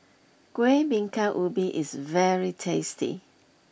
Kueh Bingka Ubi is very tasty